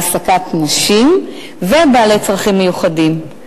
העסקת נשים ובעלי צרכים מיוחדים.